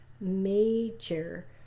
major